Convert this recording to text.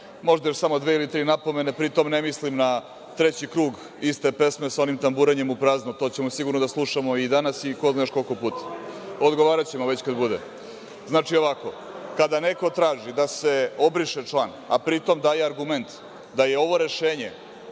možda još samo dve ili tri napomene, pritom, ne mislim na treći krug iste pesme sa onim tamburanjem u prazno, to ćemo sigurno da slušamo i dana i ko zna koliko još puta. Odgovaraćemo već kad bude. Znači ovako, kada neko traži da se obriše član, a pritom daje argument da je ovo rešenje